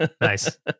Nice